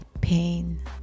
pain